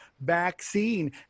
vaccine